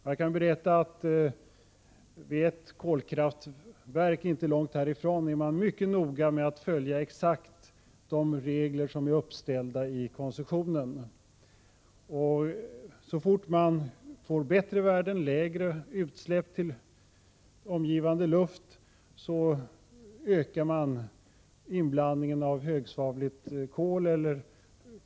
Jag kan berätta att man vid ett kolkraftverk inte långt härifrån är mycket noga med att exakt följa de regler som är uppställda i koncessionen. Så fort man får bättre värden och lägre utsläpp än tillåtet till omgivande luft, ökar man inblandningen av högsvavligt kol.